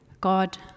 God